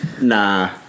Nah